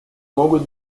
могут